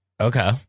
Okay